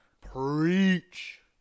preach